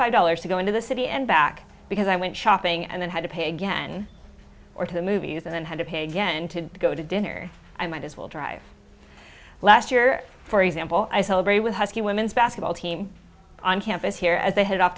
five dollars to go into the city and back because i went shopping and then had to pay again or to the movies and then had to pay again to go to dinner i might as well drive last year for example i celebrated with husky women's basketball team on campus here as